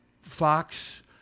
fox